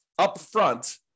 upfront